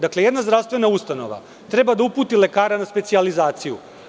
Dakle, jedna zdravstvena ustanova treba da uputi lekara na specijalizaciju.